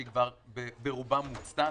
שהיא כבר ברובה מוצתה,